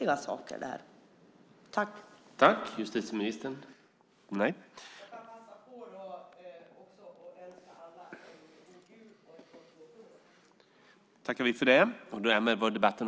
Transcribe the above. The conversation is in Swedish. Jag vill också passa på att önska alla en god jul och ett gott nytt år.